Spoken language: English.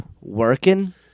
working